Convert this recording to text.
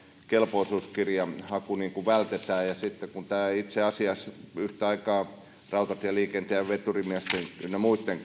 kelpoisuuskirjahaku vältetään ja sitten kun itse asiassa yhtä aikaa veturimiesten ynnä muitten